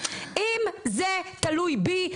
אם זה תלוי בי,